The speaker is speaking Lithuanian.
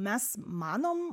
mes manom